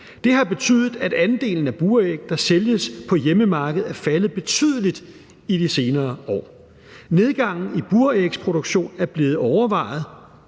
Det har betydet, at andelen af buræg, der sælges på hjemmemarkedet, er faldet betydeligt i de senere år. Nedgangen i burægsproduktionen er blevet opvejet